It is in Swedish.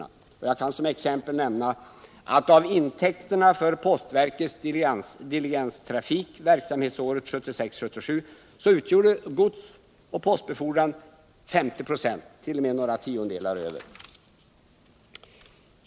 Som exempel kan jag nämna att av intäkterna för postverkets diligenstrafik verksamhetsåret 1976/77 utgjorde godsoch postbefordran 50 96 ,t.o.m. några tiondelar mer.